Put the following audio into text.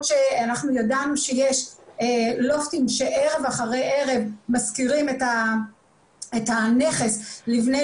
שאנחנו ידענו שיש לופטים שערב אחרי ערב משכירים את הנכס לבני הנוער.